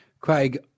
Craig